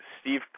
Steve